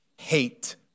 hate